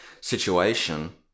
situation